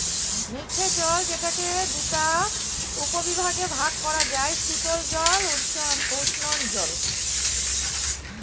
মিঠে জল যেটাকে দুটা উপবিভাগে ভাগ করা যায়, শীতল জল ও উষ্ঞজল